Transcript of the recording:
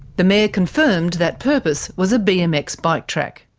the mayor confirmed that purpose was a bmx bike track.